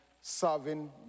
serving